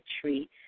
treat